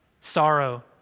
sorrow